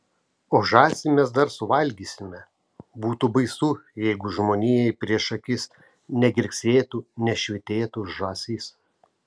o žąsį mes dar suvalgysime būtų baisu jeigu žmonijai prieš akis negirgsėtų nešvytėtų žąsis